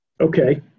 okay